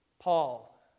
Paul